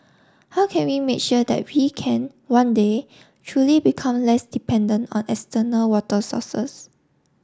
how can we make sure that we can one day truly become less dependent on external water sources